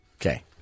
Okay